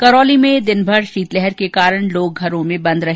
करौली में दिनभर शीतलहर के कारण लोग घरों में बंद रहे